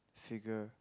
cigar